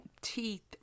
teeth